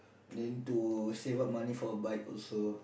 then to save up money for a bike also